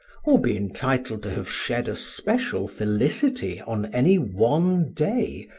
or be entitled to have shed a special felicity on any one day,